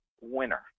winner